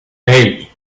hey